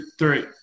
three